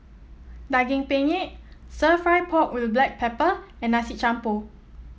Daging Penyet stir fry pork with Black Pepper and Nasi Campur